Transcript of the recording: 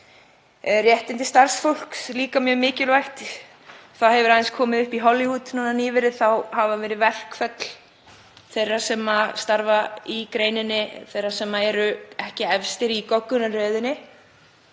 Réttindi starfsfólks eru líka mjög mikilvæg. Það hefur aðeins komið upp í Hollywood nýverið að þar hafa verið verkföll þeirra sem starfa í greininni, þeirra sem eru ekki eru efstir í goggunarröðinni.